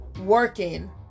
working